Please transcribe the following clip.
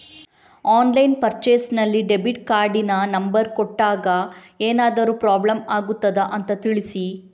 Online purchase ನಲ್ಲಿ debit ಕಾರ್ಡಿನ number ಕೊಟ್ಟಾಗ ಏನಾದರೂ ಪ್ರಾಬ್ಲಮ್ ಆಗುತ್ತದ ಅಂತ ತಿಳಿಸಿ?